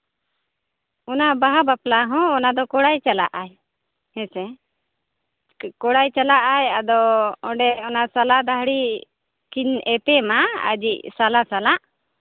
ᱚᱱᱟ ᱵᱟᱦᱟ ᱵᱟᱯᱞᱟ ᱦᱚᱸ ᱚᱱᱟ ᱫᱚ ᱠᱚᱲᱟᱭ ᱪᱟᱞᱟᱜᱼᱟᱭ ᱦᱮᱸᱪᱮ ᱠᱚᱲᱟᱭ ᱪᱟᱞᱟᱜᱼᱟᱭ ᱟᱫᱚ ᱚᱸᱰᱮ ᱚᱱᱟ ᱥᱟᱞᱟ ᱫᱟᱹᱦᱲᱤ ᱠᱤᱱ ᱮᱯᱮᱢᱟ ᱟᱡᱤᱡ ᱥᱟᱞᱟ ᱥᱟᱞᱟᱜ